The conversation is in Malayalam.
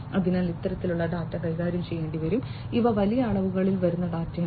അതിനാൽ ഇത്തരത്തിലുള്ള ഡാറ്റ കൈകാര്യം ചെയ്യേണ്ടിവരും ഇവ വലിയ അളവുകളിൽ വരുന്ന ഡാറ്റയാണ്